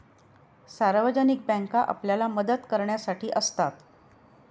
सार्वजनिक बँका आपल्याला मदत करण्यासाठी असतात